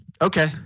Okay